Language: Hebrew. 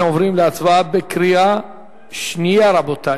אנחנו עוברים להצבעה בקריאה שנייה, רבותי.